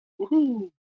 Woohoo